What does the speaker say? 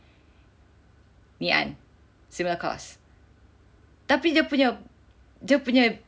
Ngee Ann similar course tapi dia punya dia punya